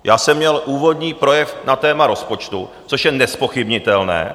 Měl jsem úvodní projev na téma rozpočtu, což je nezpochybnitelné.